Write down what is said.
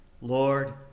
Lord